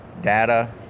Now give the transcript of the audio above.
data